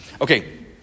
Okay